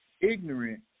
ignorant